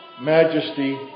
majesty